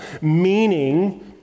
meaning